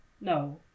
No